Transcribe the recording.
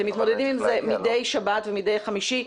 אתם מתמודדים עם זה מדי שבת ומדי חמישי,